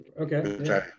Okay